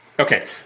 Okay